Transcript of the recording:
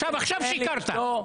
עכשיו שיקרת.